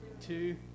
Two